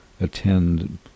attend